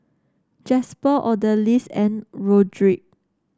Jasper Odalys and Roderic